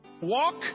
Walk